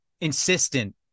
insistent